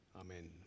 amen